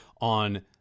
on